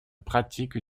pratique